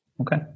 Okay